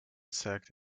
sect